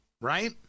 right